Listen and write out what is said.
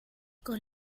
con